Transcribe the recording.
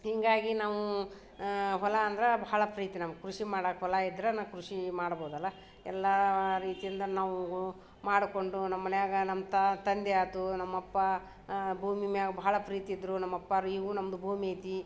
ಹೀಗಾಗಿ ನಾವೂ ಹೊಲ ಅಂದ್ರೆ ಬಹಳ ಪ್ರೀತಿ ನಮ್ಗೆ ಕೃಷಿ ಮಾಡೋಕೆ ಹೊಲ ಇದರ ನಾನು ಕೃಷಿ ಮಾಡ್ಬಹುದಲ್ಲ ಎಲ್ಲ ರೀತಿಯಿಂದ ನಾವೂ ಮಾಡಿಕೊಂಡು ನಮ್ಮ ಮನೆಯಾಗ ನಮ್ಮ ತಂದೆ ಆಯ್ತು ನಮ್ಮ ಅಪ್ಪ ಭೂಮಿ ಮ್ಯಾಗ ಬಹಳ ಪ್ರೀತಿ ಇದ್ರೂ ನಮ್ಮ ಅಪ್ಪಾರು ಈಗೂ ನಮ್ದು ಭೂಮಿ ಐತಿ